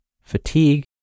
fatigue